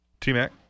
T-Mac